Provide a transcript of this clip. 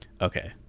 okay